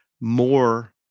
more